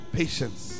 patience